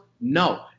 No